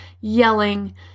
yelling